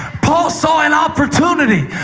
paul saw an opportunity.